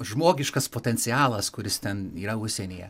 žmogiškas potencialas kuris ten yra užsienyje